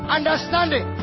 Understanding